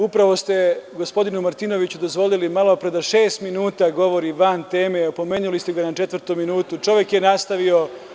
Upravo ste gospodinu Martinoviću dozvolili malopre da šest minuta govori van teme, opomenuli ste ga na četvrtom minutu, ali čovek je nastavio.